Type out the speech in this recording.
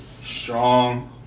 strong